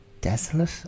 desolate